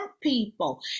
people